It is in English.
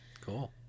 Cool